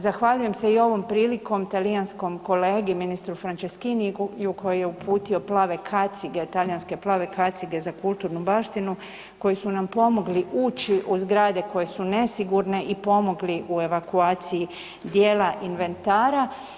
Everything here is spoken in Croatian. Zahvaljujem se i ovom prilikom talijanskom kolegi ministru Fraceschiniju koji je uputio plave kacige, talijanske plave kacige za kulturnu baštinu koji su nam pomogli u zgrade koje su nesigurne i pomogli u evakuaciji djela inventara.